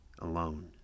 Alone